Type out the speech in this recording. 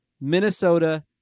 Minnesota